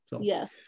Yes